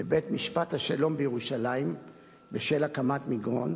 לבית-משפט השלום בירושלים בשל הקמת מגרון,